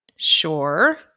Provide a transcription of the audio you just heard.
sure